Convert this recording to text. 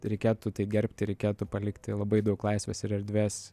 reikėtų tai gerbti reikėtų palikti labai daug laisvės ir erdvės